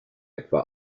etwa